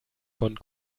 von